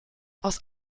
aus